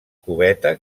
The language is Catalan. cubeta